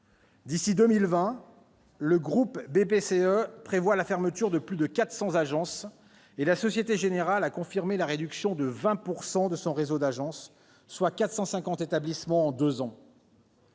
d'ici à 2020, le groupe BPCE prévoit la fermeture de plus de 400 agences, quand la Société Générale a confirmé la réduction de 20 % de son réseau d'agences, soit la fermeture de 450 établissements en deux ans.